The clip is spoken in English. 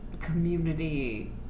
community